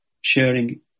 sharing